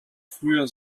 früher